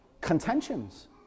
contentions